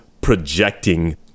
projecting